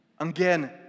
Again